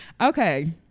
Okay